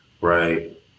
right